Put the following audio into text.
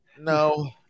No